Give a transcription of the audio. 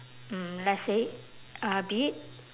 mm let's say a bit